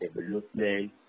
development